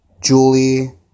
Julie